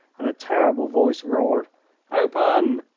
and a terrible voice roared open!